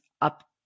up